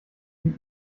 die